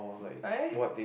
why